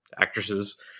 actresses